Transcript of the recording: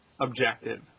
objective